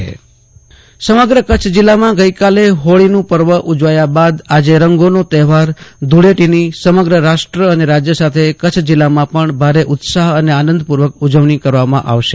આશૂતોષ અંતાણી ધૂળેટી પર્વ સમગ્ર કચ્છ જિલ્લામાં ગઈકાલે હોળીનું પર્વ ઉજવાયા બાદ આજે રંગોનો તહેવાર ધુળેટીના ધુળેટીની સમગ્ર રાષ્ટ્રને રાજ્ય સાથે કચ્છ જિલ્લામાં ભારે ઉત્સાહ અને આનંદપૂર્વક ઉજવણી કરવામાં આવશે